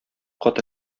каты